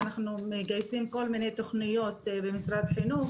אנחנו מגייסים כל מיני תוכניות במשרד החינוך